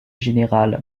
général